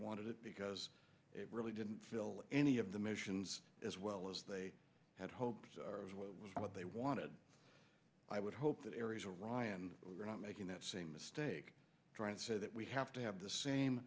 wanted it because it really didn't fill any of the missions as well as they had hoped was what was what they wanted i would hope that area ryan and we're not making that same mistake trying to say that we have to have the same